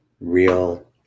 real